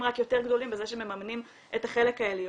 רק יותר גדולים בזה שמממנים את החלק העליון.